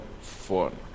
phone